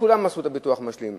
כולם עשו את הביטוח המשלים.